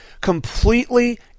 completely